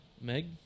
Meg